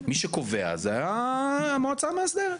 מי שקובע היא המועצה המאסדרת.